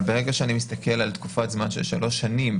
אבל ברגע שאני מסתכל על תקופת זמן של 3 שנים